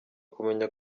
kumenya